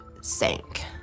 sank